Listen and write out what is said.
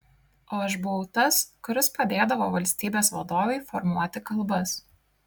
o aš buvau tas kuris padėdavo valstybės vadovei formuoti kalbas